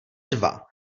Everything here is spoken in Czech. dva